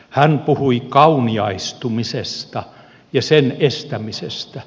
hän puhui kauniaistumisesta ja sen estämisestä